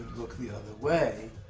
look the other way.